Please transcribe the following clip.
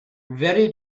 very